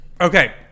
Okay